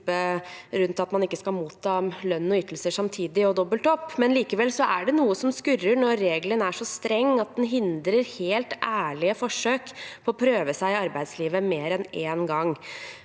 om at man ikke skal motta lønn og ytelser samtidig og dobbelt opp, men likevel er det noe som skurrer når regelen er så streng at den hindrer helt ærlige forsøk på prøve seg i arbeidslivet mer enn en gang.